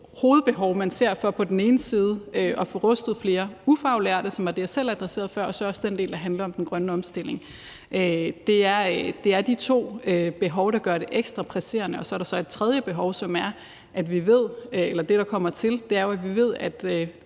hovedbehov, man ser. Det ene er at få løftet flere ufaglærte, som var det, jeg selv adresserede før, og så er der det andet, der handler om den grønne omstilling. Det er de to behov, der gør det ekstra presserende. Så er der så et tredje behov, der kommer til. Vi ved, at